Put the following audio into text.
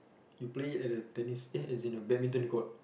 you play it at a tennis eh as in a badminton court